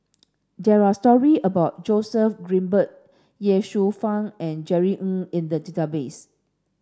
there are story about Joseph Grimberg Ye Shufang and Jerry Ng in the database